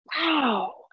wow